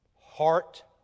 heart